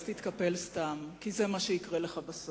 אז תתקפל סתם, כי זה מה שיקרה לך בסוף.